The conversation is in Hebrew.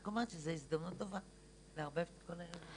אני רק אומרת שזאת הזדמנות טובה לערבב את --- טוב,